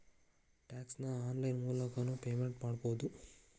tax ನ online ಮೂಲಕನೂ payment ಮಾಡಬೌದು